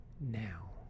now